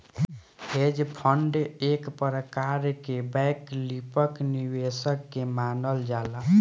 hedge fund एक प्रकार के वैकल्पिक निवेश के मानल जाला